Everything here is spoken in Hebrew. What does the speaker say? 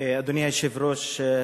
אדוני היושב-ראש,